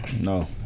no